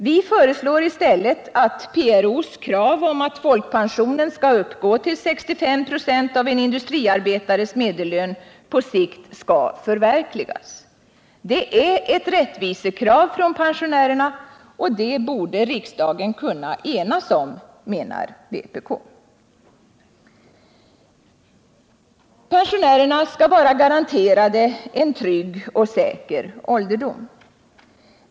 Vi föreslår i stället att PRO:s krav på att folkpensionen skall uppgå till 65 96 av en industriarbetares medellön på sikt skall förverkligas. Det är ett rättvisekrav från pensionärerna, och det borde riksdagen kunna enas om att uppfylla, menar vpk. Pensionärerna skall vara garanterade en trygg och säker ålderdom.